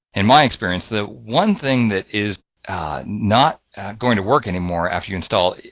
in my experience that one thing that is not going to work anymore after you install,